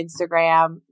Instagram